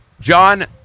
John